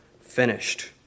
finished